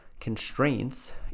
constraints